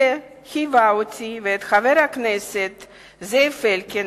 אלא חייבה אותי ואת חבר הכנסת זאב אלקין